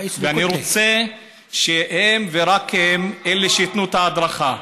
ואני רוצה שהם ורק הם ייתנו את ההדרכה.